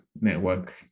network